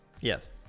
Yes